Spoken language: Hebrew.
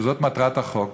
שזאת מטרת החוק,